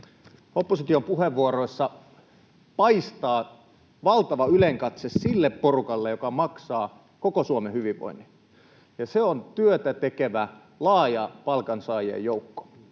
opposition puheenvuoroissa paistaa valtava ylenkatse sille porukalle, joka maksaa koko Suomen hyvinvoinnin, ja se on työtä tekevä, laaja palkansaajien joukko.